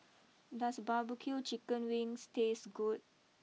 does barbecue Chicken wings taste good